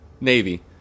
Navy